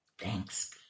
Thanks